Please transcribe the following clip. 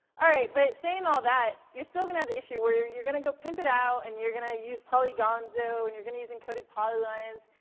all right, but saying all that, you're still gonna have the issue where you're you're gonna go pimp it out, and you're gonna use polygonzo, and you're gonna use encoded polylines,